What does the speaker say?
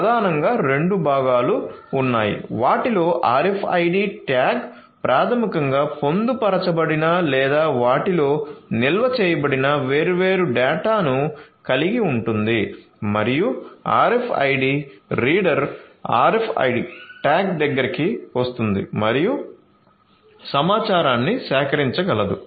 ప్రధానంగా రెండు భాగాలు ఉన్నాయి వాటిలో RFID ట్యాగ్ ప్రాథమికంగా పొందుపరచబడిన లేదా వాటిలో నిల్వ చేయబడిన వేర్వేరు డేటాను కలిగి ఉంటుంది మరియు RFID రీడర్ RFID ట్యాగ్ దగ్గరికి వస్తుంది మరియు సమాచారాన్ని సేకరించగలదు